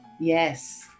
Yes